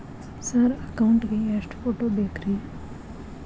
Sir account ಗೇ ಎಷ್ಟು photo ಬೇಕ್ರಿ?